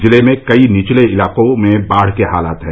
जिले में कई निचले इलाकों में बाढ़ के हालात हैं